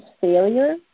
failure